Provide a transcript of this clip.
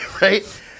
right